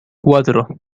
cuatro